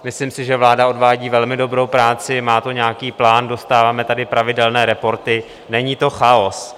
Myslím si, že vláda odvádí velmi dobrou práci, má to nějaký plán, dostáváme tady pravidelné reporty, není to chaos.